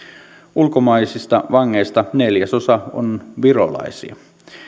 ulkomaisista vangeista neljäsosa on virolaisia